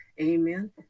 Amen